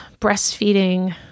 breastfeeding